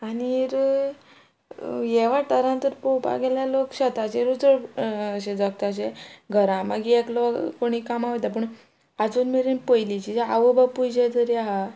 आनी हे वाठारान तर पोवपाक गेल्यार लोक शेताचेरूच चड अशें जगताशें घरा मागीर एकलो कोणी कामां वयता पूण आजून मेरेन पयलींचे जे आवय बापूय जे तरी आहा